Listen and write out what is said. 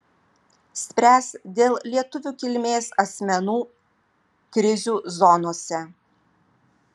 spręs dėl lietuvių kilmės asmenų krizių zonose